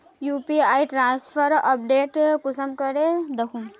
UPI transfer update कुंसम करे दखुम?